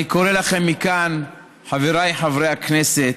אני קורא לכם מכאן, חבריי חברי הכנסת,